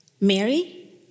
Mary